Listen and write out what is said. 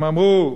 הם אמרו: